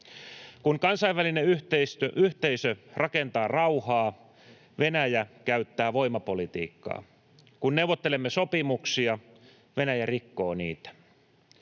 Kun kansainvälinen yhteisö rakentaa rauhaa, Venäjä käyttää voimapolitiikkaa. Kun neuvottelemme sopimuksia, Venäjä rikkoo niitä.